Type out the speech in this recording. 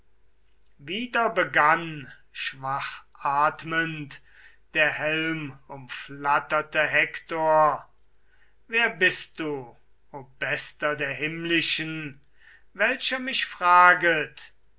wieder begann schwachatmend der helmumflatterte hektor wer bist du o bester der himmlischen welcher mich fraget